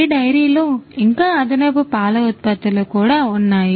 ఈ డైరీ లో ఇంకా అదనపు పాల ఉత్పత్తులు కూడా ఉన్నాయి